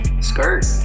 Skirt